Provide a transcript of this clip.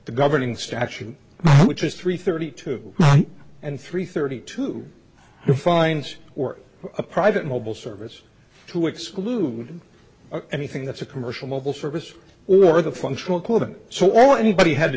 the governing statute which is three thirty two and three thirty two defines or a private mobile service to exclude anything that's a commercial mobile service or the functional quota so anybody had to